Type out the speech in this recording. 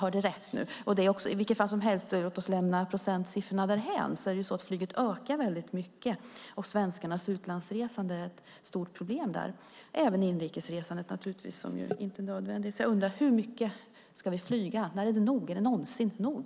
Men låt oss lämna procentsiffrorna därhän och konstatera att flyget ökar mycket och att svenskarnas utrikesflygande - och även inrikesflygande, som ju inte är nödvändigt - är ett stort problem. Hur mycket ska vi flyga? Är det någonsin nog?